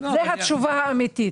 זאת התשובה האמיתית.